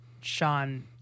Sean